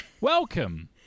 Welcome